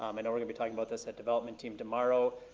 um i know we're gonna be talking about this at development team tomorrow.